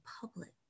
public